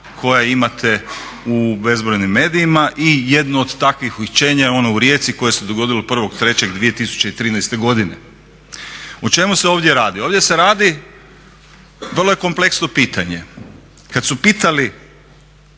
koja imate u bezbrojnim medijima i jedno od takvih uhićenja je ono u Rijeci koje se dogodilio 1.3.2013. godine. O čemu se ovdje radi? Ovdje se radi, vrlo je kompleksno pitanje. Kad su pitali